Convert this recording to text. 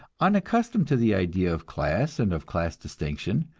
unaccustomed to the idea of class and of class distinction,